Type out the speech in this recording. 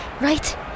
right